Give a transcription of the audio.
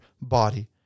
body